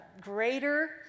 Greater